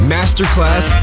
Masterclass